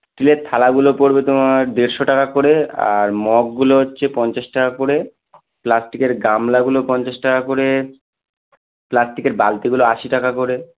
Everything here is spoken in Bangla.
স্টিলের থালাগুলো পড়বে তোমার দেড়শো টাকা করে আর মগগুলো হচ্ছে পঞ্চাশ টাকা করে প্লাস্টিকের গামলাগুলো পঞ্চাশ টাকা করে প্লাস্টিকের বালতিগুলো আশি টাকা করে